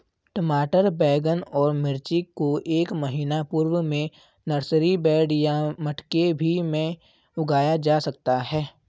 टमाटर बैगन और मिर्ची को एक महीना पूर्व में नर्सरी बेड या मटके भी में उगाया जा सकता है